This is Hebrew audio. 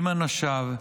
עם אנשיו,